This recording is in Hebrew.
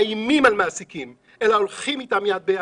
שבה אנחנו לא מאיימים על מעסיקים אלא הולכים איתם יד ביד,